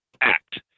act